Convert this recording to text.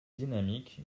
dynamique